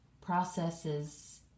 processes